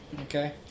Okay